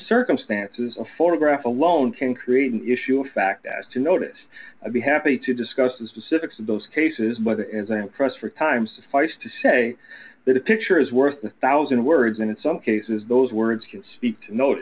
circumstances a photograph alone can create an issue of fact as to notice i'd be happy to discuss the specifics of those cases by the as i am pressed for time suffice to say that a picture is worth a one thousand words and in some cases those words can speak to not